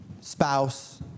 spouse